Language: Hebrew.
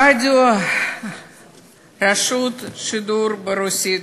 רדיו רשות השידור ברוסית,